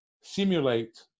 simulate